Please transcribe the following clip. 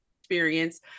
experience